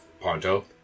Ponto